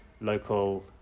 local